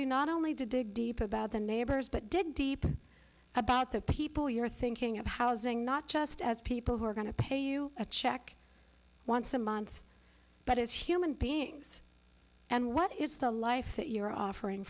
you not only dig deep about the neighbors but did about the people you're thinking of housing not just as people who are going to pay you a check once a month but as human beings and what is the life that you're offering